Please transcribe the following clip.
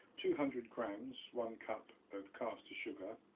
two hundred grams, one cup of caster sugar